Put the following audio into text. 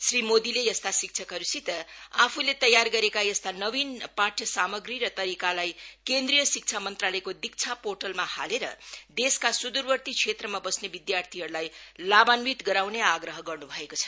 श्री मोदीले यस्ता शिक्षकहरुसित आफूले तयार गरेका यस्ता नवीन पाठ्य सामग्री र तरीकालाई केन्द्रीय शिक्षा मंत्रालयको दीक्षा पोर्टलमा हालेर देशका सुदूरवर्ती क्षेत्रमा बस्ने विध्यार्थीहरुलाई लाभान्वित गराउने आग्रह गर्नु भएको छ